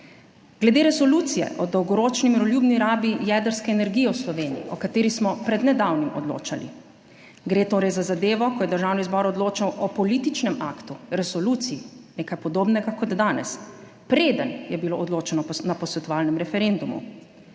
Glede Resolucije o dolgoročni miroljubni rabi jedrske energije v Sloveniji, o kateri smo pred nedavnim odločali, gre torej za zadevo, ko je Državni zbor odločal o političnem aktu, resoluciji, nekaj podobnega kot danes, preden je bilo odločeno na posvetovalnem referendumu.